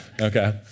okay